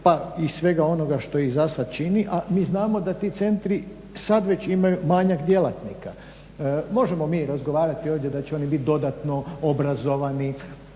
pa i svega onoga što ih za sad čini, a mi znamo da ti centri sad već imaju manjak djelatnika. Možemo mi razgovarati ovdje da će oni biti dodatno obrazovani.